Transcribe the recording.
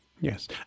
Yes